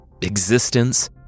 existence